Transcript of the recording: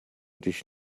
dich